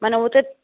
মানে ওতে